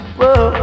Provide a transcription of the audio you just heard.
Whoa